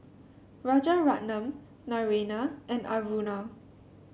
Rajaratnam Naraina and Aruna